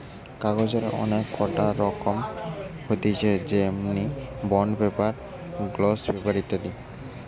কাগজের অনেক কটা রকম হতিছে যেমনি বন্ড পেপার, গ্লস পেপার ইত্যাদি